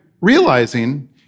realizing